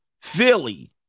Philly